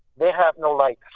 they have no lights.